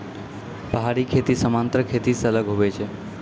पहाड़ी खेती समान्तर खेती से अलग हुवै छै